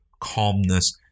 calmness